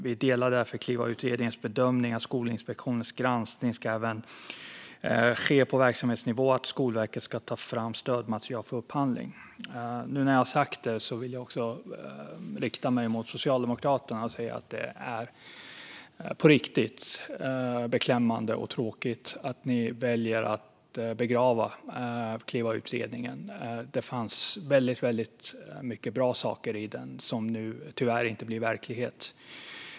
Vi delar därför Klivautredningens bedömning att Skolinspektionens granskning även ska ske på verksamhetsnivå och att Skolverket ska ta fram stödmaterial för upphandling. Med detta sagt vill jag rikta mig till Socialdemokraterna och säga att det på riktigt är beklämmande och tråkigt att ni väljer att begrava Klivautredningen. Det fanns väldigt mycket bra saker i den som nu tyvärr inte blir verklighet.